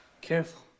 Careful